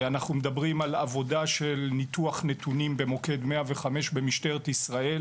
אנחנו מדברים על עבודה של ניתוח נתונים במוקד 105 במשטרת ישראל.